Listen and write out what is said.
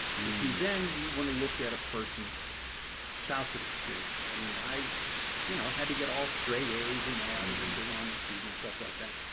and see, then you want to look at a person's childhood experience. i mean, i you know had to get all straight a's. you know, i was a big honors student and stuff like that.